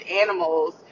animals